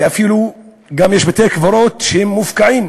ואפילו יש גם בתי-קברות שמופקעים,